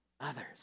others